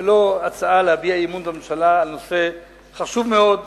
ולא הצעה להביע אי-אמון בממשלה על נושא חשוב מאוד,